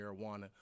marijuana